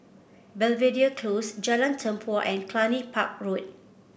Belvedere Close Jalan Tempua and Cluny Park Road